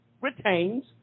retains